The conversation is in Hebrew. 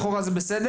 לכאורה זה בסדר,